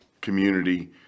community